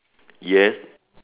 yes